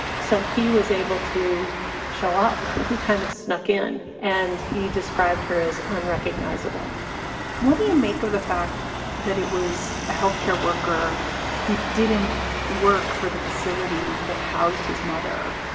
so he was able to show up. he kind of snuck in and he described her as unrecognizable what do you make of the fact that it was a health care worker who didn't work for the facility that housed his mother,